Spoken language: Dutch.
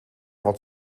wat